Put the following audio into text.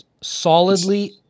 Solidly